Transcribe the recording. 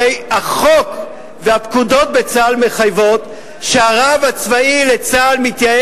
הרי החוק והפקודות בצה"ל מחייבים שהרב הצבאי לצה"ל מתמנה